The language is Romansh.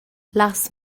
las